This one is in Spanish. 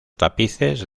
tapices